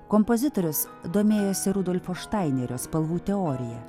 kompozitorius domėjosi rudolfo štainerio spalvų teorija